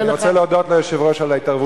אני רוצה להודות ליושב-ראש על ההתערבות שלו.